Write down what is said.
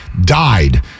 died